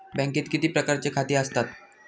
बँकेत किती प्रकारची खाती आसतात?